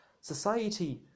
Society